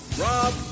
Rob